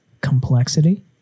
complexity